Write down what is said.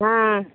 ହାଁ